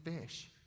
fish